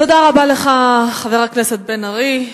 תודה רבה לך, חבר הכנסת בן-ארי.